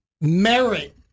merit